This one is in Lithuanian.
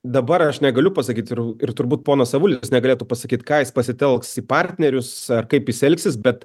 dabar aš negaliu pasakyt ir ir turbūt ponas avulis negalėtų pasakyt ką jis pasitelks į partnerius ar kaip jis elgsis bet